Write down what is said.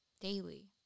daily